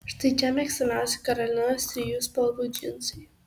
štai čia mėgstamiausi karolinos trijų spalvų džinsai